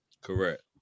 Correct